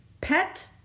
pet